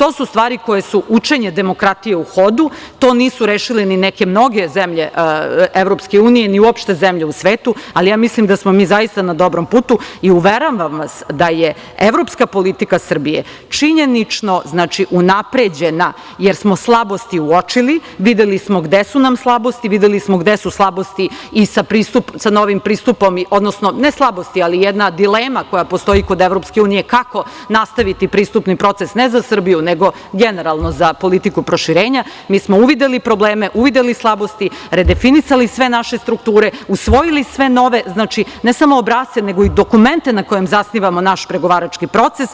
To su stvari koje su učenje demokratije u hodu, to nisu rešile ni neke mnoge zemlje EU ni uopšte zemlje u svetu, ali ja mislim da smo mi zaista na dobrom putu i uveravam vas da je evropska politika Srbije činjenično unapređena, jer smo slabosti uočili, videli smo gde su nam slabosti, videli smo gde su slabosti i sa novim pristupom, odnosno ne slabosti ali jedna dilema koja postoji kod EU kako nastaviti pristupni proces, ne za Srbiju nego generalno za politiku proširenja, mi smo uvideli probleme, uvideli slabosti, redefinisali sve naše strukture, usvojili sve nove, ne samo obrasce nego i dokumente na kojima zasnivamo naš pregovarački proces,